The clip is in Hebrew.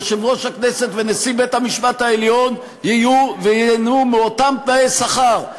יושב-ראש הכנסת ונשיא בית-המשפט העליון ייהנו מאותם תנאי שכר.